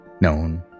known